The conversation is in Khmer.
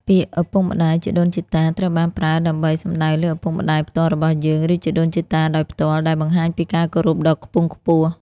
ពាក្យ ឪពុក ម្ដាយ ជីដូន ជីតា ត្រូវបានប្រើដើម្បីសំដៅលើឪពុកម្ដាយផ្ទាល់របស់យើង ឬជីដូនជីតា ដោយផ្ទាល់ ដែលបង្ហាញពីការគោរពដ៏ខ្ពង់ខ្ពស់។